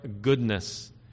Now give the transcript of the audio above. goodness